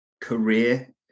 career